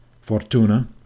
fortuna